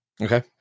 Okay